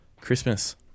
Christmas